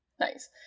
Nice